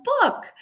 book